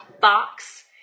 box